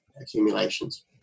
accumulations